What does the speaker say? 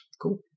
Cool